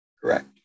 Correct